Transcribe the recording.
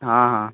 ହଁ ହଁ